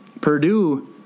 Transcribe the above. Purdue